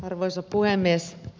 arvoisa puhemies